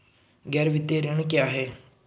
गैर वित्तीय ऋण क्या है?